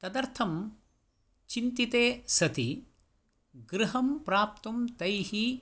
तदर्थं चिन्तिते सति गृहं प्राप्तुं तैः